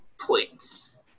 points